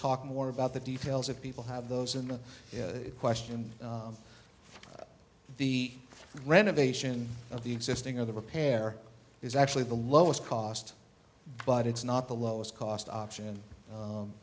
talk more about the details of people have those in the question of the renovation of the existing or the repair is actually the lowest cost but it's not the lowest cost option